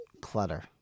clutter